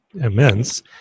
immense